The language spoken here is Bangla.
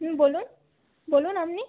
হুম বলুন বলুন আপনি